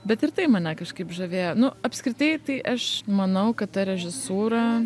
bet ir tai mane kažkaip žavėjo nu apskritai tai aš manau kad ta režisūra